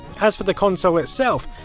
as for the console itself,